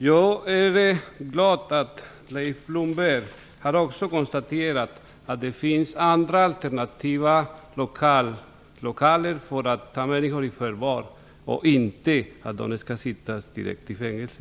Jag är väldigt glad att Leif Blomberg har konstaterat att det finns andra alternativa lokaler för att ta människor i förvar och att de inte skall sättas direkt i fängelse.